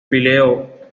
píleo